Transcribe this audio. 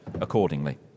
accordingly